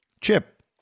chip